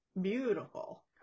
beautiful